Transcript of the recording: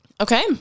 okay